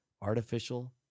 artificial